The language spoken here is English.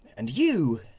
and you,